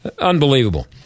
Unbelievable